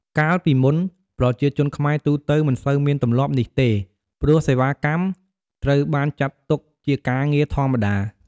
កាលពីមុន ប្រជាជនខ្មែរទូទៅមិនសូវមានទម្លាប់នេះទេ ព្រោះសេវាកម្មត្រូវបានចាត់ទុកជាការងារធម្មតា។